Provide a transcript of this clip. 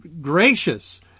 gracious